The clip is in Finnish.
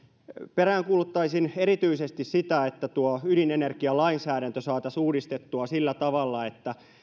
peräänkuuluttaisin erityisesti sitä että tuo ydinenergialainsäädäntö saataisiin uudistettua sillä tavalla että